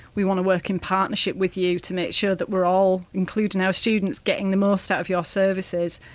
we want to work in partnership with you to make sure that we're all including our students getting the most out of your services.